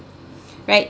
right